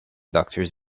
doctors